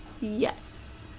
Yes